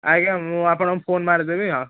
ଆଜ୍ଞା ମୁଁ ଆପଣଙ୍କୁ ଫୋନ୍ ମାରିଦେବି ଆଉ